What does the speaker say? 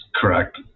correct